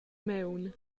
maun